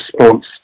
response